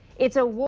its a war